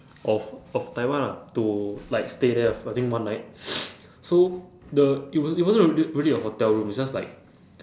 of of taiwan ah to like stay there ah for I think one night so the it was~ it wasn't rea~ really a hotel room it's just like